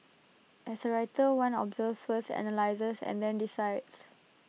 as A writer one observes first analyses and then decides